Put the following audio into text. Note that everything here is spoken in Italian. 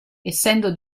essendo